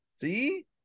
See